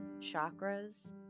chakras